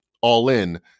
all-in